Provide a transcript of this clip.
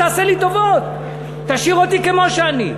אל תעשה לי טובות, תשאיר אותי כמו שאני.